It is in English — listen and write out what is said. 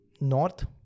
north